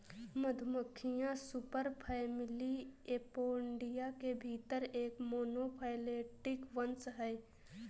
मधुमक्खियां superfamily Apoidea के भीतर एक मोनोफैलेटिक वंश हैं